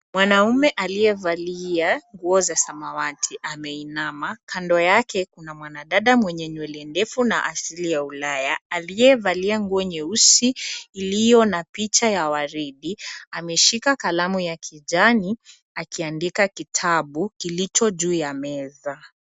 Mwanaume aliyevalia nguo za samawati ameinama. Kando yake kuna mwanadada mwenye nywele ndefu na asili ya ulaya, aliyevalia nguo nyeusi iliyo na picha ya waridi. Ameshika kalamu ya kijani, akiandika kitabu kilicho juu ya meza.